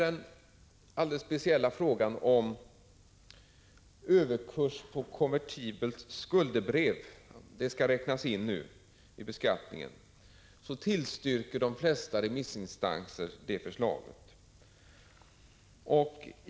I den alldeles speciella frågan om överkurs på konvertibelt skuldebrev, som nu föreslås bli inräknad i skatteunderlaget, har de flesta remissinstanser tillstyrkt propositionens förslag.